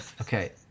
Okay